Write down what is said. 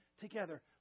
together